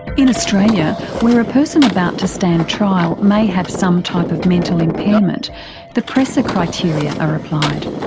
in australia, where a person about to stand trial may have some type of mental impairment the presser criteria are applied.